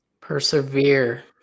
Persevere